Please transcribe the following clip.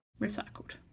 recycled